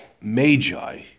Magi